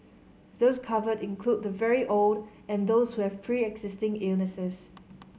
those covered include the very old and those who have preexisting illnesses